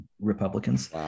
Republicans